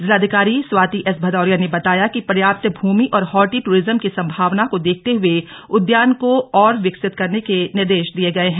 जिलाधिकारी स्वाति एस भदौरिया ने बताया कि पर्याप्त भूमि और हॉर्टी दूरिज्म की सम्मावना को देखते हुए उद्यान को और विकसित करने के निर्देश दिए गये हैं